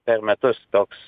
per metus toks